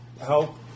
Help